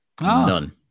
None